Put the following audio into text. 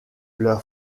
leur